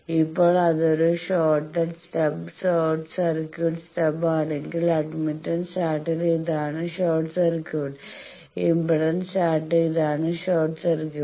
ഇപ്പോൾ അതൊരു shorted stub short circuit stub ആണെങ്കിൽ അഡ്മിറ്റൻസ് ചാർട്ടിൽ ഇതാണ് ഷോർട്ട് സർക്യൂട്ട് ഇംപെഡൻസ് ചാർട്ടിൽ ഇതാണ് ഷോർട്ട് സർക്യൂട്ട്